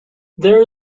there